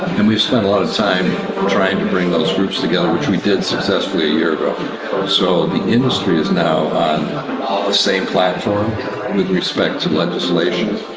and, we've spent a lot of time trying to bring those groups together, which we did successfully a year so the industry is now on ah the same platform with respect to legislation,